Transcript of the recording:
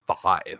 five